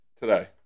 today